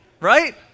right